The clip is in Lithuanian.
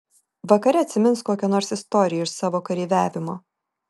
vakare atsimins kokią nors istoriją iš savo kareiviavimo